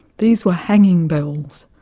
these were hanging bells